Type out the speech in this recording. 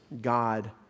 God